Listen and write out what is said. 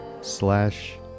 slash